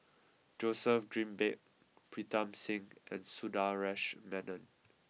Joseph Grimberg Pritam Singh and Sundaresh Menon